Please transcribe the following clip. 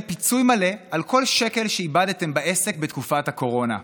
פיצוי מלא על כל שקל שאיבדתם בעסק בתקופת הקורונה.